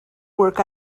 work